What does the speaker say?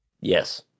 yes